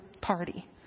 party